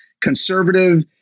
conservative